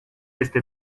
este